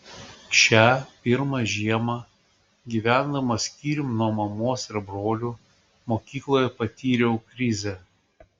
šią pirmą žiemą gyvendamas skyrium nuo mamos ir brolių mokykloje patyriau krizę